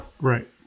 Right